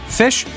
fish